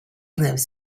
lives